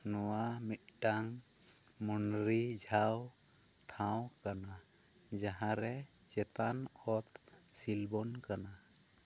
ᱱᱚᱶᱟ ᱢᱤᱫᱴᱟᱝ ᱢᱚᱱᱨᱤᱡᱷᱟᱹᱣ ᱴᱷᱟᱶ ᱠᱟᱱᱟ ᱡᱟᱦᱟᱸ ᱨᱮ ᱪᱮᱛᱟᱱ ᱚᱛ ᱥᱤᱞᱵᱚᱱ ᱠᱟᱱᱟ